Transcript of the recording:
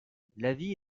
l’avis